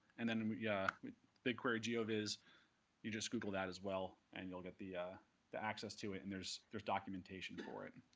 and then and yeah i mean bigquery geo vis, you just google that as well, and you'll get the ah the access to it. and there's there's documentation for it.